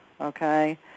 okay